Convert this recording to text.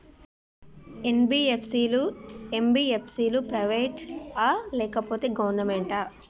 NBFC లు, MBFC లు private ఆ లేకపోతే గవర్నమెంటా?